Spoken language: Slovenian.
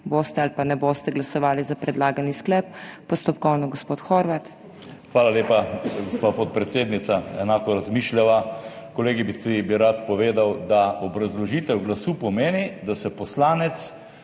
boste ali pa ne boste glasovali za predlagani sklep. Postopkovno, gospod Horvat. JOŽEF HORVAT (PS NSi): Hvala lepa, gospa podpredsednica. Enako razmišljava. Kolegici bi rad povedal, da obrazložitev glasu pomeni, da se poslanec